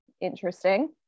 interesting